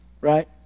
right